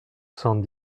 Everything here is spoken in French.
cent